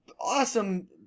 awesome